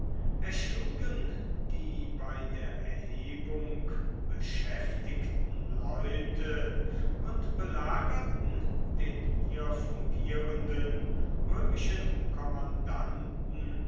erschlugen die bei der erhebung beschäftigten leute und belagerten den hier fungierenden römischen